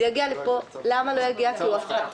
הוא לא יגיע כי זה צו הפחתה.